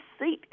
seat